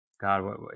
God